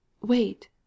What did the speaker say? Wait